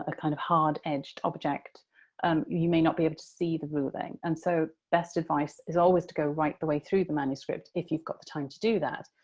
ah kind of hard-edged object um you may not be able to see the ruling. and so best advice is always to go right the way through the manuscript if you've got the time to do that.